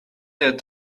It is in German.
der